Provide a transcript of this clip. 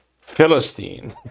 Philistine